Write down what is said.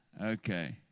Okay